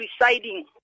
presiding